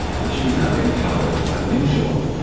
but she was now empowered by william shawn,